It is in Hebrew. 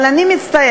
אבל אני מצטערת,